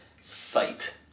Sight